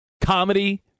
comedy